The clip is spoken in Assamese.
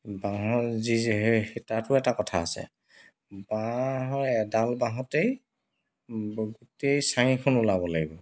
বাঁহৰ যি যি হেৰি তাতো এটা কথা আছে বাঁহৰ এডাল বাঁহতেই গোটেই চাঙিখন ওলাব লাগিব